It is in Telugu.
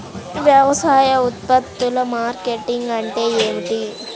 వ్యవసాయ ఉత్పత్తుల మార్కెటింగ్ అంటే ఏమిటి?